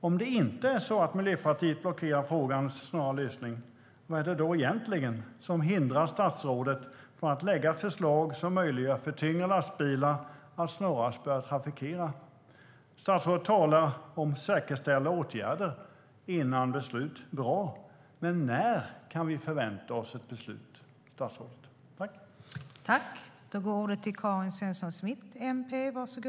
Om det inte är så att Miljöpartiet blockerar frågans snara lösning, vad är det då egentligen som hindrar statsrådet från att lägga fram förslag som möjliggör för tyngre lastbilar att snarast börja trafikera?